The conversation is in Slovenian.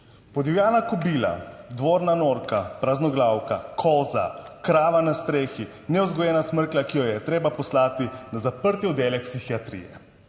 Podivjana kobila, dvorna norka, praznoglavka, koza, krava na strehi, nevzgojena smrklja, ki jo je treba poslati na zaprti oddelek psihiatrije.